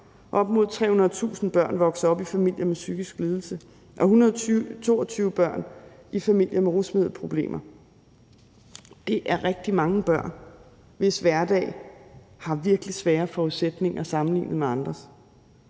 op mod 300.000 børn vokser op i familier med en psykisk lidelse og 122.000 børn lever i familier med rusmiddelproblemer. Det er rigtig mange børn, hvis hverdag har virkelig svære forudsætninger sammenlignet med andres,